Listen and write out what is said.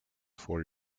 four